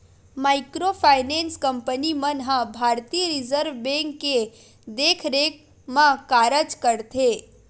micro finance company मन ह भारतीय रिजर्व बेंक के देखरेख म कारज करथे